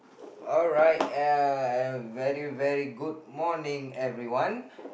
alright uh a very very good morning everyone